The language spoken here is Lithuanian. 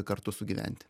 kartu sugyventi